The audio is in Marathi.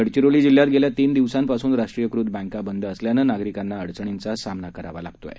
गडचिरोली जिल्ह्यात गेल्या तीन दिवसांपासून राष्ट्रीयीकृत बँका बंद असल्यानं नागरिकांना अडचणींचा सामना करावा लागत आहे